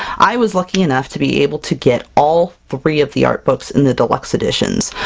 i was lucky enough to be able to get all three of the art books in the deluxe editions!